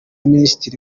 minisitiri